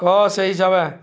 କ ସେଇ ହିସାବେ